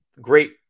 great